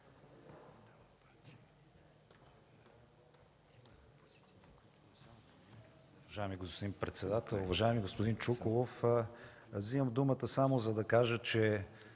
Уважаеми господин председател, уважаеми господин Чуколов, вземам думата, само за да кажа, че